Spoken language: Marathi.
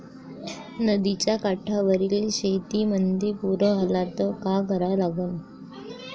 नदीच्या काठावरील शेतीमंदी पूर आला त का करा लागन?